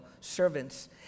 servants